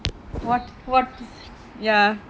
wh~ what ya